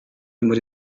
muri